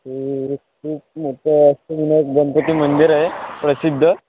ते खूप मोठं अष्टविनायक गणपती मंदिर आहे प्रसिद्ध